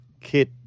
kit